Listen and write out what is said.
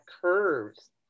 curves